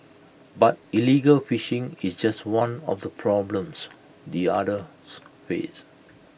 but illegal fishing is just one of the problems the otters face